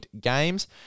games